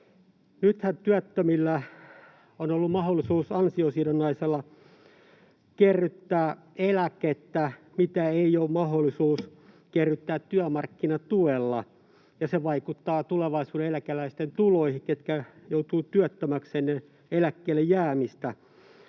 Nythän työttömillä on ollut mahdollisuus ansiosidonnaisella kerryttää eläkettä, jota ei ole mahdollisuus kerryttää työmarkkinatuella. Ja se vaikuttaa niiden tulevaisuuden eläkeläisten tuloihin, ketkä joutuvat työttömäksi ennen eläkkeelle jäämistä.